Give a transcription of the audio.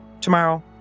tomorrow